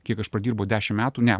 kiek aš pradirbau dešim metų ne